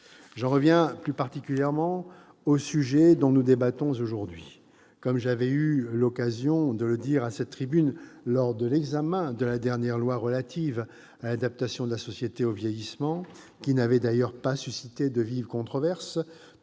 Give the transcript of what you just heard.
J'en reviens plus particulièrement au sujet dont nous débattons aujourd'hui. Comme j'avais eu l'occasion de le dire à cette tribune lors de l'examen de la dernière loi relative à l'adaptation de la société au vieillissement, qui n'avait d'ailleurs pas suscité de vives controverses,